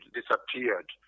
disappeared